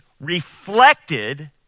reflected